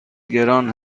گران